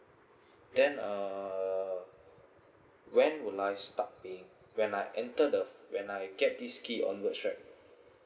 then err when will I start paying when I enter the when I get this key onwards right